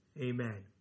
Amen